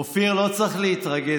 אופיר, לא צריך להתרגז.